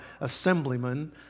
assemblyman